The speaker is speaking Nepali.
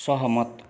सहमत